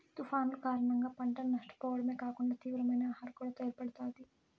తుఫానులు కారణంగా పంటను నష్టపోవడమే కాకుండా తీవ్రమైన ఆహర కొరత ఏర్పడుతాది